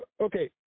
Okay